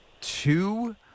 two